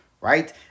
right